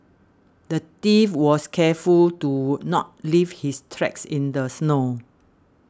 the thief was careful to not leave his tracks in the snow